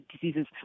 diseases